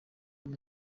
umwe